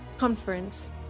conference